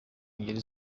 ngeri